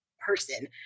person